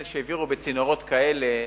אלה שהעבירו בצינורות כאלה,